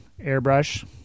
airbrush